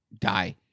die